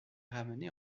ramenée